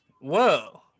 Whoa